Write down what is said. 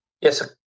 Yes